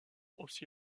aussi